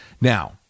Now